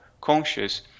conscious